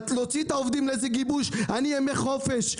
להוציא את העובדים לגיבוש אני לא משתמש